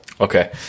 okay